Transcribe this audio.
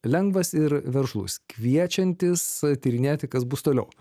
lengvas ir veržlus kviečiantis tyrinėti kas bus toliau